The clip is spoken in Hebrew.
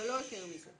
אבל לא יותר מזה.